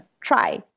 Try